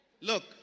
Look